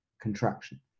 contraction